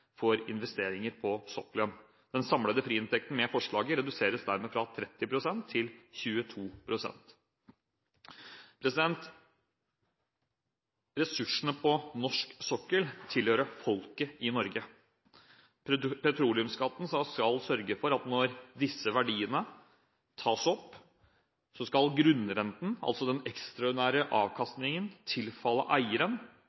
for investeringer på sokkelen. Med dette forslaget reduseres dermed den samlede friinntekten fra 30 pst. til 22 pst. Ressursene på norsk sokkel tilhører folket i Norge. Petroleumsskatten skal sørge for at når disse verdiene tas opp, skal grunnrenten – den ekstraordinære